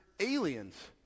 Aliens